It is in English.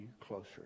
closer